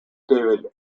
david